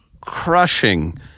crushing